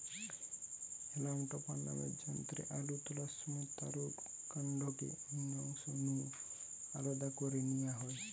হেলাম topper নামের যন্ত্রে আলু তোলার সময় তারুর কান্ডটাকে অন্য অংশ নু আলদা করি নিয়া হয়